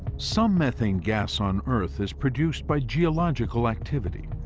some methane gas on earth is produced by geological activity,